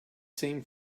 same